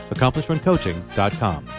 AccomplishmentCoaching.com